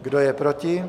Kdo je proti?